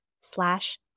slash